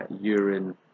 urine